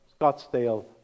scottsdale